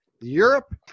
Europe